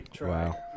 Wow